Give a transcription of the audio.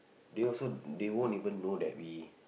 they also they won't even know that we